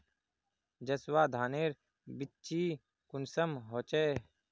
जसवा धानेर बिच्ची कुंसम होचए?